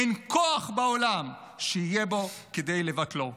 אין כוח בעולם שיהיה בו כדי לבטלו.